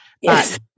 Yes